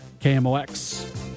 KMOX